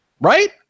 Right